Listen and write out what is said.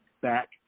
back